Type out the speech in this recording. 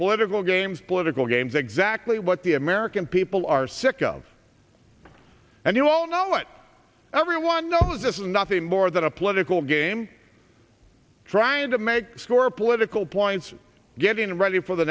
political games political games exactly what the american people are sick of and you all know what everyone knows this is nothing more than a political game trying to make score political points getting ready for the